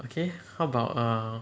okay how about err